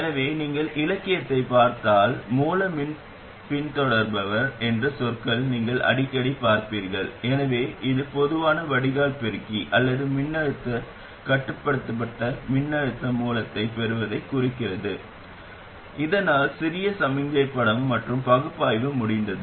எனவே நீங்கள் இலக்கியத்தைப் பார்த்தால் மூலப் பின்தொடர்பவர் என்ற சொற்களை நீங்கள் அடிக்கடிப் பார்ப்பீர்கள் எனவே இது பொதுவான வடிகால் பெருக்கி அல்லது மின்னழுத்தக் கட்டுப்படுத்தப்பட்ட மின்னழுத்த மூலத்தைப் பெறுவதைக் குறிக்கிறது இதனால் சிறிய சமிக்ஞை படம் மற்றும் பகுப்பாய்வு முடிந்தது